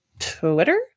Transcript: Twitter